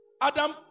Adam